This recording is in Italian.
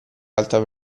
alta